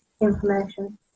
information